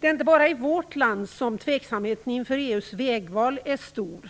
Det är inte bara i vårt land som tveksamheten inför EU:s vägval är stor.